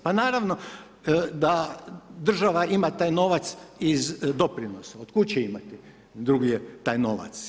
Pa naravno da država ima taj novac iz doprinosa, otkud će imati drugdje taj novac.